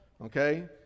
Okay